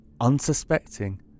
unsuspecting